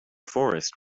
forest